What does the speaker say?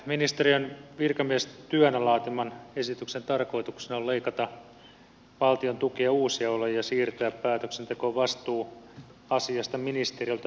ministeriön virkamiestyönä laatiman esityksen tarkoituksena on leikata valtion tukia uusjaolle ja siirtää päätöksentekovastuu asiasta ministeriöltä maanmittauslaitokselle